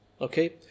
Okay